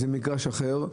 זה במגרש אחר.